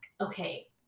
okay